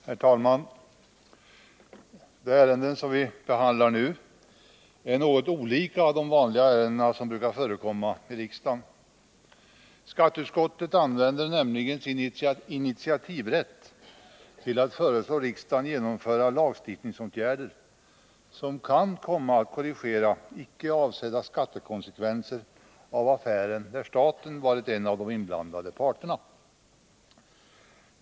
Herr talman! Det ärende som vi nu behandlar är något olikt de ärenden som vanligen brukar förekomma i riksdagen. Skatteutskottet använder nämligen sin initiativrätt till att föreslå riksdagen att genomföra lagstiftningsåtgärder som kan komma att korrigera icke avsedda skattemässiga konsekvenser av affärer där staten är en av de inblandade parterna.